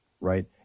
right